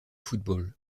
football